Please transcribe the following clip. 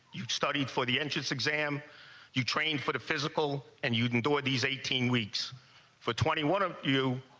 you studied for the entrance exam you train for the physical and you can do what? these eighteen weeks for twenty one of you,